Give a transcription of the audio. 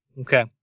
Okay